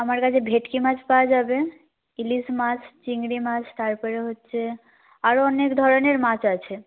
আমার কাছে ভেটকি মাছ পাওয়া যাবে ইলিশ মাছ চিংড়ি মাছ তারপরে হচ্ছে আরও অনেক ধরনের মাছ আছে